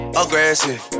aggressive